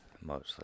mostly